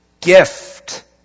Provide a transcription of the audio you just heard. gift